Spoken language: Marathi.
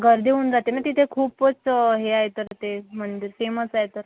गर्दी होऊन जाते नं तिथे खूपच हे आहे तर तिथे म्हणजे सेमच आहे तर